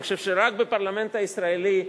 אני חושב שרק בפרלמנט הישראלי,